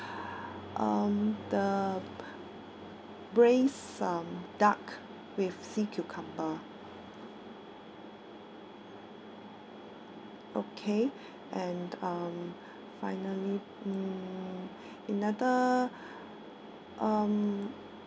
um the braised uh duck with sea cucumber okay and um finally mm another um